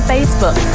Facebook